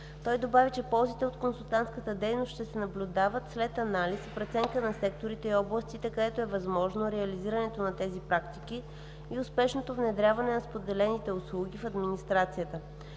Той добави, че ползите от консултантската дейност ще се наблюдават след анализ и преценка на секторите и областите, където е възможно реализирането на тези практики и успешното внедряване на споделените услуги в администрацията.